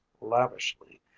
lavishly